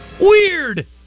Weird